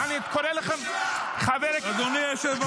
בושה, בושה, בושה, בושה.